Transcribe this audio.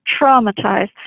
traumatized